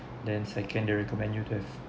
then second they recommend you to have